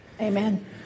amen